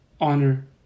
honor